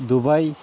Dubai